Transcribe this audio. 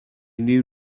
knew